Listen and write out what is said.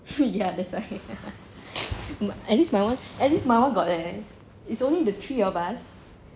hmm ya that's one at least my [one] at least my [one] got the it's only the three of us